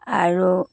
আৰু